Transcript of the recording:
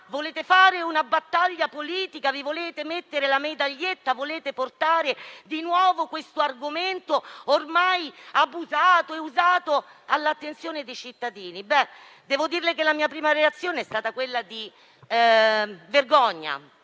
voler fare una battaglia politica, di volerci appuntare la medaglietta, di voler portare di nuovo questo argomento, ormai abusato, all'attenzione dei cittadini. Devo dire che la mia prima reazione è stata quella di vergogna